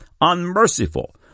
unmerciful